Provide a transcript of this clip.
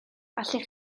allwch